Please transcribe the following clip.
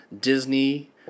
Disney